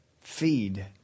feed